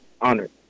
honored